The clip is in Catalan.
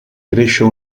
créixer